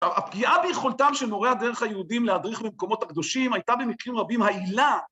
הפגיעה ביכולתם שנורע דרך היהודים להדריך במקומות הקדושים הייתה במקרים רבים העילה.